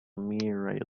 meteorite